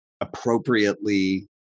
appropriately